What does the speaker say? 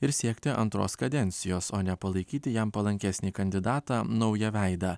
ir siekti antros kadencijos o ne palaikyti jam palankesnį kandidatą naują veidą